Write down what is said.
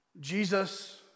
Jesus